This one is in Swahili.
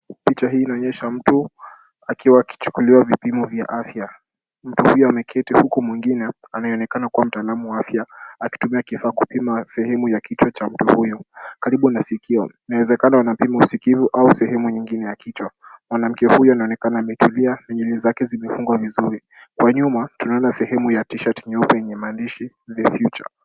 Picha hii inaonyesha mtu akiwa akichukuliwa vipimo vya afya. Mtu huyu ameketi huku mwingine anaonekana kuwa a mtaalamu wa afya akitumia kifaa kipima sehemu ya kichwa cha mtu huyu karibu na sikio. Kuna uwezekano anapimwa sikio ama sehemu nyingine ya kichwa. Mwanamke huyu anaonekana ametulia kwenye meza na nywele zake zimefungwa vizuri. Kwa nyuma, kuna sehemu ya T-shirt yenye maandishi the future .